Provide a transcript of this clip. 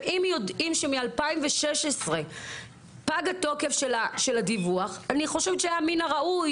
אם יודעים שמ-2016 פג תוקף הדיווח היה מן הראוי